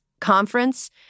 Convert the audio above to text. conference